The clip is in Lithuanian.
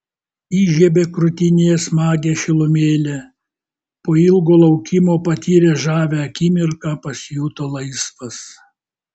įžiebė krūtinėje smagią šilumėlę po ilgo laukimo patyręs žavią akimirką pasijuto laisvas